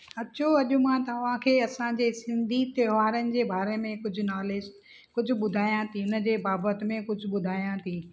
अचो अॼु मां तव्हांखे असांजे सिंधी त्योहारनि जे बारे में कुझु नॉलेज कुझु ॿुधायां थी हुनजे बाबति में कुझु ॿुधायां थी